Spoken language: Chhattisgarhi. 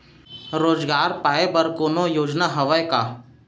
रोजगार पाए बर कोनो योजना हवय का?